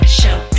show